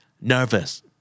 Nervous